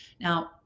Now